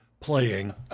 playing